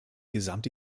gesamte